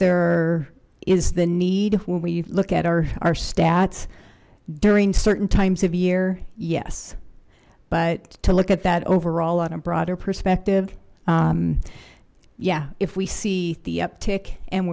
there is the need when we look at our stats during certain times of year yes but to look at that overall on a broader perspective yeah if we see the uptick and